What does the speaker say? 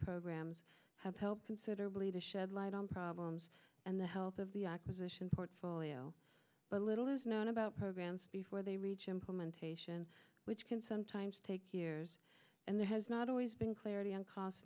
programs have helped considerably to shed light on problems and the health of the acquisition portfolio but little is known about programs before they reach implementation which can sometimes take years and there has not always been clarity on costs